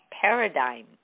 paradigm